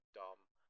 dumb